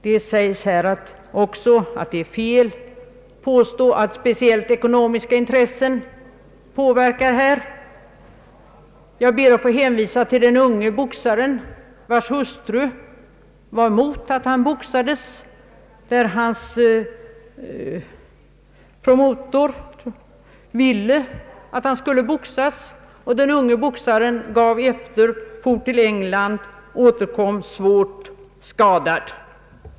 Det sägs också att det är fel påstå att speciellt ekonomiska intressen påverkar proffsboxningen. Jag ber att få hänvisa till den unge boxaren, vilkens hustru var emot att han boxades. Men hans promotor ville att han skulle boxas. Den unge boxaren gav efter, for till England och återkom svårt skadad.